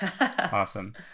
Awesome